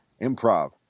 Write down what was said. improv